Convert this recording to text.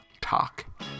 Talk